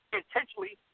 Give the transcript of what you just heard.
intentionally